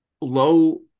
low